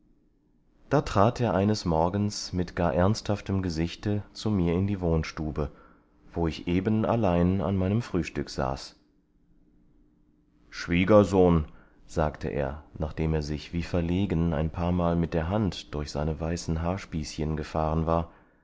da trat er eines morgens mit gar ernsthaftem gesichte zu mir in die wohnstube wo ich eben allein an meinen frühstück saß schwiegersohn sagte er nachdem er sich wie verlegen ein paarmal mit der hand durch seine weißen haarspießchen gefahren war